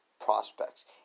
prospects